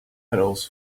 pedals